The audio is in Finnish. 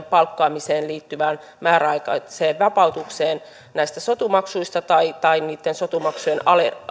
palkkaamiseen liittyvään määräaikaiseen vapautukseen näistä sotumaksuista tai tai niitten sotumaksujen